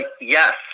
Yes